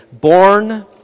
Born